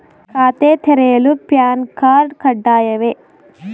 ಖಾತೆ ತೆರೆಯಲು PAN card ಕಡ್ಡಾಯವೇ?